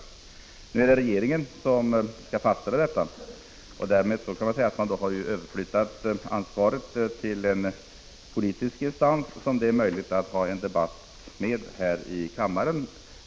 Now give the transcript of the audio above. Men nu skall regeringen fastställa reglerna, och man har därmed överflyttat ansvaret till en politisk instans, som det är möjligt att föra debatt med här i kammaren.